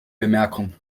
bemerkung